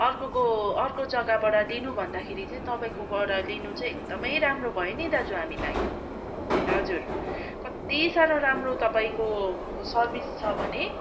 अर्कोको अर्को जग्गाबाट लिनु भन्दाखेरि चाहिँ तपाईँकोबाट लिनु चाहिँ एकदमै राम्रो भयो नि दाजु हामीलाई हजुर कत्ति साह्रो राम्रो तपाईँको सर्भिस छ भने